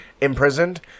imprisoned